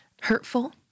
hurtful